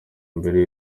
mbere